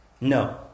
No